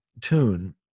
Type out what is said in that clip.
tune